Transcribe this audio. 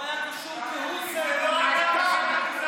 לא היה פה שום, קריאה: כי זה לא היה בקטע גזעני.